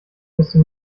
wüsste